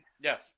Yes